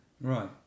Right